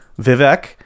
Vivek